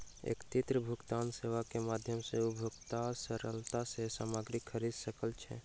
एकीकृत भुगतान सेवा के माध्यम सॅ उपभोगता सरलता सॅ सामग्री खरीद सकै छै